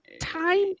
time